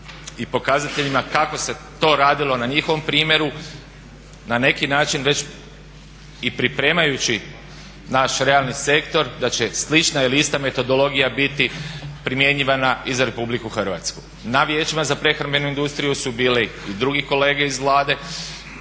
i pokazateljima kako se to radilo na njihovom primjeru, na neki način već i pripremajući naš realni sektor da će slična ili ista metodologija biti primjenjivana i za Republiku Hrvatsku. Na Vijećima za prehrambenu industriju su bili i drugi kolege iz Vlade